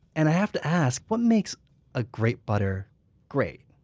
and i have to ask, what makes a great butter great?